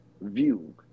view